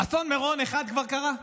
אסון מירון 1 כבר קרה.